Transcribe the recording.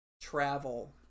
travel